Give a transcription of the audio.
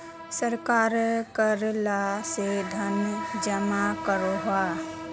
सरकार कर ला से धन जमा करोह